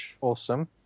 Awesome